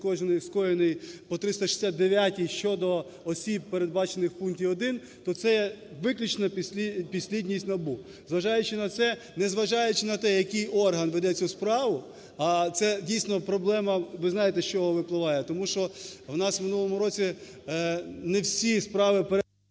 скоєний по 369-й щодо осіб, передбачених в пункті 1, то це виключно підслідність НАБУ. Зважаючи на це, незважаючи на те, який орган веде цю справу, а це, дійсно, проблема ви знаєте, що з чого випливає. Тому що у нас в минулому році не всі справи… ГОЛОВУЮЧИЙ.